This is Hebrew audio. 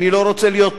אני לא רוצה להיות פוסט.